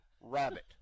Rabbit